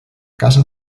casa